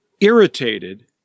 irritated